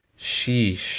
Sheesh